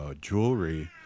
jewelry